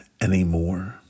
anymore